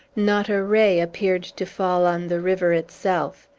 not a ray appeared to fall on the river itself.